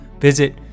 Visit